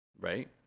Right